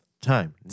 time